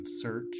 search